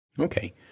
Okay